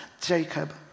Jacob